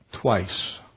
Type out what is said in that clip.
twice